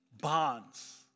bonds